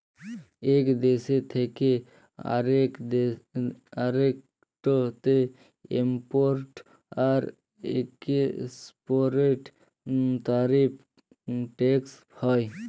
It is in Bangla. ইক দ্যেশ থ্যাকে আরেকটতে ইমপরট আর একেসপরটের তারিফ টেকস হ্যয়